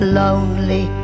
lonely